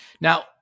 Now